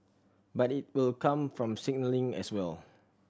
but it will come from signalling as well